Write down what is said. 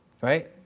right